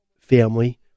Family